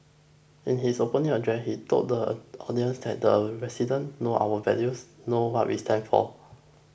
in his opening address he told the audience that the residents know our values know what we stand for